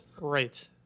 Right